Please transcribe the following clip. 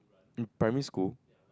primary school